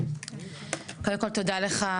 קודם כל תודה לך,